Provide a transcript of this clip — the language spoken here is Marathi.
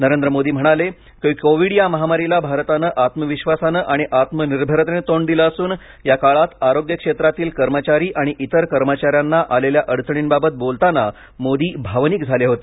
नरेंद्र मोदी म्हणाले की कोविड या महामारीला भारताने आत्मविश्वासाने आणि आत्मनिर्भरतेने तोंड दिले असून या काळात आरोग्य क्षेत्रातील कर्मचारी आणि इतर कर्मचाऱ्याना आलेल्या अडचणींबाबत बोलताना मोदी भावनिक झाले होते